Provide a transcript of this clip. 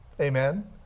Amen